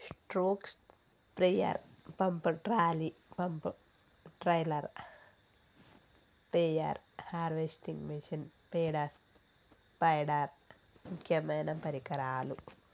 stroke sprayer pump, trolley pump, trailer spare, harvesting machine, పేడ spider ముక్యమైన పరికరాలు